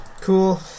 Cool